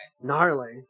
Gnarly